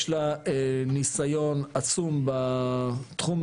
סגן שרת הכלכלה והתעשייה יאיר גולן: יש לה ניסיון עצום בתחום הזה,